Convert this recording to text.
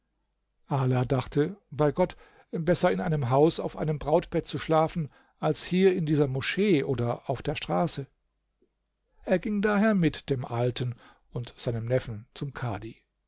dachte bei gott besser in einem haus auf einem brautbett zu schlafen als hier in dieser moschee oder auf der straße er ging daher mit dem alten und seinem neffen zum kadhi